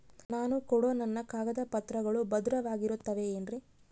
ನಾನು ಕೊಡೋ ನನ್ನ ಕಾಗದ ಪತ್ರಗಳು ಭದ್ರವಾಗಿರುತ್ತವೆ ಏನ್ರಿ?